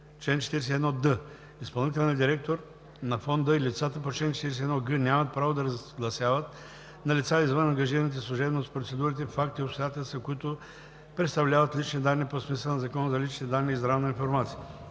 Чл. 41д. Изпълнителният директорът на фонда и лицата по чл. 41г нямат право да разгласяват на лица извън ангажираните служебно с процедурите факти и обстоятелства, които представляват лични данни по смисъла на Закона за личните данни и здравна информация.